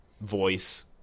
voice